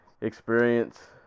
experience